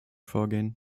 vorgehen